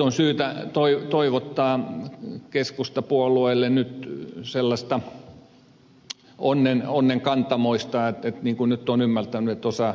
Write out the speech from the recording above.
on syytä toivottaa keskustapuolueelle nyt sellaista onnenkantamoista niin kuin nyt olen ymmärtänyt että osa